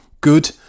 Good